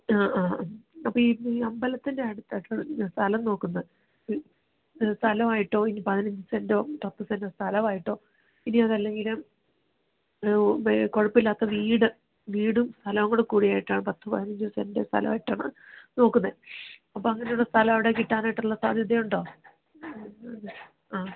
ആ ആ ആ അപ്പോൾ ഈ ഈ അമ്പലത്തിൻ്റെ അടുത്തായിട്ട് ആ സ്ഥലം നോക്കുന്നത് സ്ഥലമായിട്ടോ ഇനി പതിനഞ്ച് സെൻറ്റൊ പത്ത് സെൻറ്റൊ സ്ഥലമായിട്ടോ ഇനി അതല്ലെങ്കിൽ കുഴപ്പം ഇല്ലാത്ത വീട് വീടും സ്ഥലവും കൂടെ കൂടിയായിട്ടോ പത്ത് പതിനഞ്ച് സെൻറ് സ്ഥലമായിട്ടാണ് നോക്കുന്നത് അപ്പോൾ അങ്ങനെയുള്ള സ്ഥലം അവിടെ കിട്ടാനായിട്ടുള്ള സാധ്യതയുണ്ടോ ആ